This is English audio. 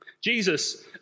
Jesus